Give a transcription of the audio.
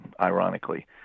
ironically